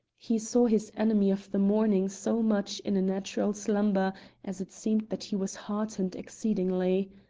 he saw his enemy of the morning so much in a natural slumber as it seemed that he was heartened exceedingly.